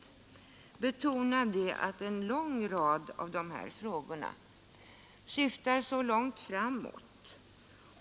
Vi måste betona att en lång rad av dessa åtgärder syftar mycket långt framåt.